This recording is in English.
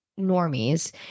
normies